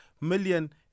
million